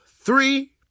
three